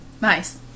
Nice